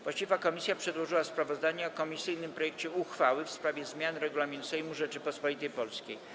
Właściwa komisja przedłożyła sprawozdanie o komisyjnym projekcie uchwały w sprawie zmiany regulaminu Sejmu Rzeczypospolitej Polskiej.